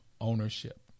ownership